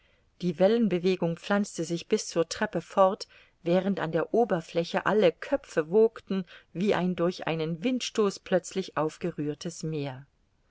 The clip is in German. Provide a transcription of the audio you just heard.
die wellenbewegung pflanzte sich bis zur treppe fort während an der oberfläche alle köpfe wogten wie ein durch einen windstoß plötzlich aufgerührtes meer